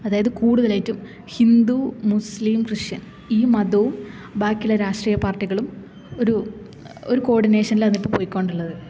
അതായത് കൂടുതലായിട്ടും Hindu Muslim Christian ഈ മതവും ബാക്കിയുള്ള രാഷ്ട്രീയ പാര്ട്ടികളും ഒരു ഒരു കോഡിനേഷനിലാണ് ഇപ്പോൾ പൊയ്ക്കോണ്ടുള്ളത്